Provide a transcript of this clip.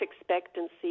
expectancy